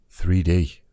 3D